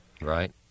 Right